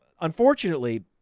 unfortunately